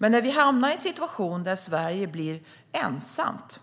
Men när vi hamnade i en situation där Sverige blev ensamt